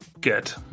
get